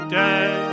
day